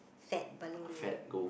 sad balloon one